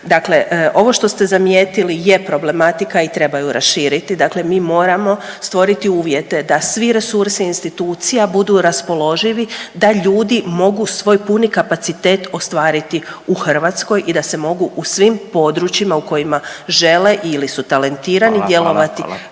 Dakle ovo što ste zamijetili je problematika i treba ju raširiti, dakle mi moramo stvoriti uvjete da svi resursi institucija budu raspoloživi da ljudi mogu svoj puni kapacitet ostvariti u Hrvatskoj i da se mogu u svim područjima u kojima žele ili su talentirani djelovati